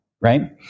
Right